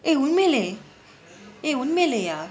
eh உண்மையிலே:unmayilae eh உண்மையிலேயே:unmaiyilaeyae